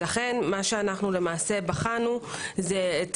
לכן מה שבחנו, זה את